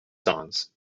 songs